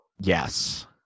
Yes